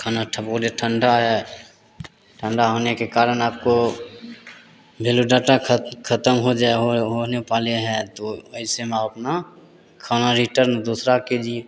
खाना बोले ठंडा है ठंडा होने के कारण आपको मेरो डाटा खत्म हो जाए हो होने वाले हैं तो ऐसे में अपना खाना रिटर्न दूसरा कीजिए